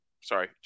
sorry